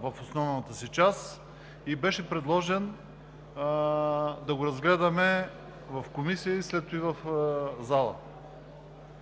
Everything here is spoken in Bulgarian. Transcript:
в основната си част и беше предложен да го разгледаме в Комисията и след това в залата.